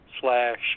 slash